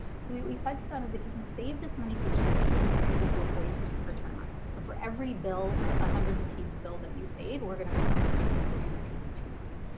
so what we said to them is, if you can save this money for two weeks, we're gonna give you a forty percent return on it. so for every bill, a one hundred rupee bill that you save, or we're gonna come back and give you forty rupees in two weeks.